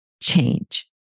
change